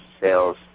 sales